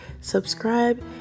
Subscribe